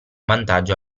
vantaggio